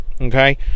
okay